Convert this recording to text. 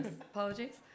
Apologies